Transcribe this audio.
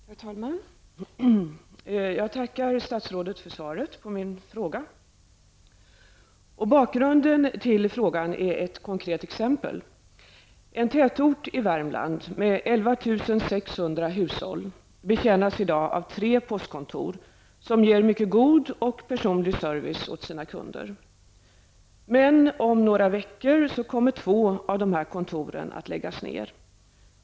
Herr talman! Jag tackar statsrådet för svaret på min fråga. Bakgrunden till frågan är ett konkret exempel. En tätort i Värmland med 11 600 hushåll betjänas i dag av tre postkontor, som ger mycket god och personlig service åt sina kunder. Om några veckor kommer två av dessa kontor att läggas ner.